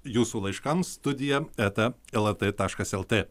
jūsų laiškams studija eta lrt taškas lt